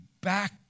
back